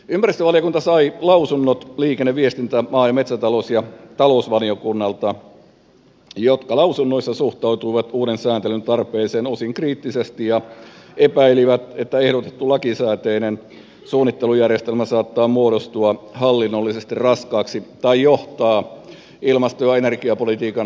ympäristövaliokunta sai lausunnot liikenne ja viestintä maa ja metsätalous sekä talousvaliokunnalta jotka lausunnoissa suhtautuivat uuden sääntelyn tarpeeseen osin kriittisesti ja epäilivät että ehdotettu lakisääteinen suunnittelujärjestelmä saattaa muodostua hallinnollisesti raskaaksi tai johtaa ilmasto ja energiapolitiikan eriytymiseen